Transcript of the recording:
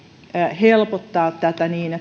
helpottaa tätä niin